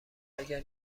اگر